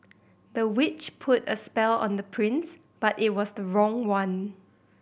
the witch put a spell on the prince but it was the wrong one